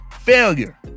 failure